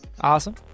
awesome